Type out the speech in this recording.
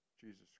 Jesus